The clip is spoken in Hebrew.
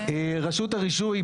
רשות הרישוי,